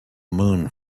moon